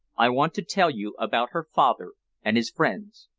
i want to tell you about her father and his friends.